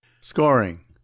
Scoring